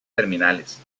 terminales